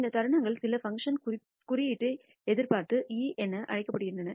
இந்த தருணங்கள் சில பங்க்ஷன் குறியீட்டு எதிர்பார்ப்பு e என அழைக்கப்படுகின்றன